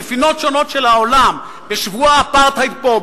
בפינות שונות של העולם: בשבוע האפרטהייד פה,